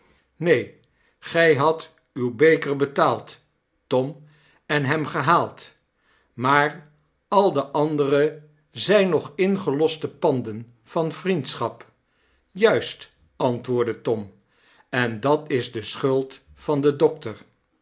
neen gij hadt uw beker betaald tom en hem gehaald maar al de andere zijn nog oningeloste panden van vriendschap juist antwoordde tom en dat isdeschuld van den dokter